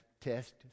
test